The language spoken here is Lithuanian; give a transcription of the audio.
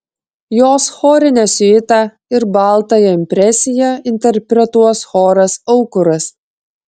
jos chorinę siuitą ir baltąją impresiją interpretuos choras aukuras